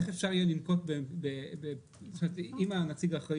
איך אפשר יהיה לנקוט אם נציג האחראי